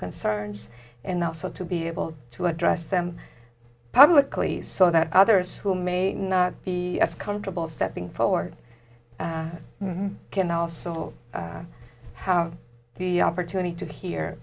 concerns and also to be able to address them publicly so that others who may not be as comfortable stepping forward can also have the opportunity to hear